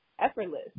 effortless